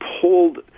pulled